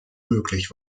möglich